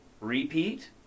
repeat